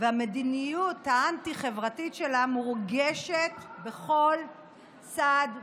והמדיניות האנטי-חברתית שלה מורגשות על כל צעד ושעל.